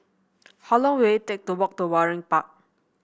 how long will it take to walk to Waringin Park